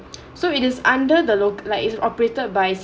so it is under the loc~ like is operated by